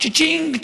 צ'יצ'ינג,